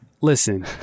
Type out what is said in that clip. Listen